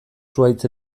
zuhaitz